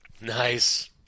Nice